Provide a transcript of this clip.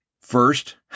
First